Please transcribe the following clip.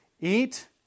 eat